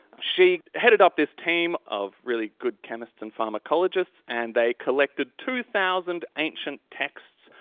she headed up this team of really good chemists and pharmacologists, and they collected two thousand ancient texts,